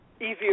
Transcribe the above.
easier